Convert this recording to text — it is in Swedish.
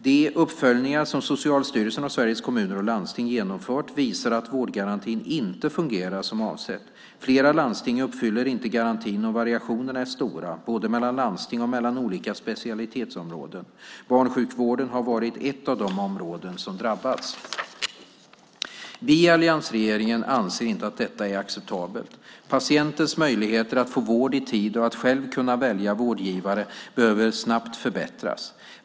De uppföljningar som Socialstyrelsen och Sveriges Kommuner och Landsting genomfört visar att vårdgarantin inte fungerar som avsett. Flera landsting uppfyller inte garantin, och variationerna är stora både mellan landstingen och mellan olika specialitetsområden. Barnsjukvården har varit ett av de områden som drabbats. Vi i alliansregeringen anser inte att detta är acceptabelt. Patientens möjligheter att få vård i tid och att själv kunna välja vårdgivare behöver snabbt förbättras.